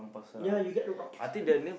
ya you get rocks one